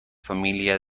familia